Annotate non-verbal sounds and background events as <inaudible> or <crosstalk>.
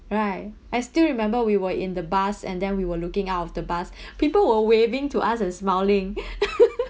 right I still remember we were in the bus and then we were looking out of the bus <breath> people were waving to us and smiling <breath> <laughs>